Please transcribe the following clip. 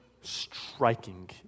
striking